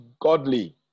godly